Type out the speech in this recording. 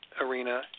arena